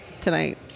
tonight